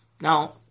Now